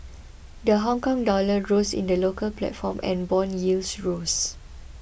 the Hongkong dollar rose in the local platform and bond yields rose